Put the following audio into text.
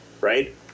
right